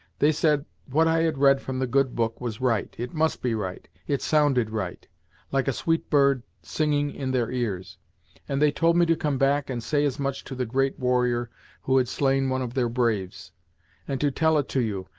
they said what i had read from the good book was right it must be right it sounded right like a sweet bird singing in their ears and they told me to come back and say as much to the great warrior who had slain one of their braves and to tell it to you,